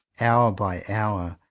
hour by hour,